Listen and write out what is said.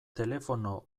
telefono